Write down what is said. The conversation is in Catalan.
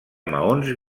maons